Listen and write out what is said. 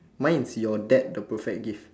mine is your dad the perfect gift